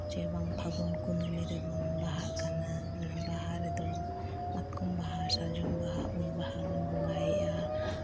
ᱪᱮ ᱵᱟᱝ ᱯᱷᱟᱹᱜᱩᱱ ᱠᱩᱱᱟᱹᱢᱤ ᱨᱮᱵᱚᱱ ᱵᱟᱦᱟᱜ ᱠᱟᱱᱟ ᱵᱟᱦᱟ ᱨᱮᱫᱚ ᱢᱟᱛᱠᱚᱢ ᱵᱟᱦᱟ ᱥᱟᱨᱡᱚᱢ ᱵᱟᱦᱟ ᱩᱞ ᱵᱟᱦᱟ ᱵᱚᱱ ᱵᱚᱸᱜᱟᱭᱮᱫᱼᱟ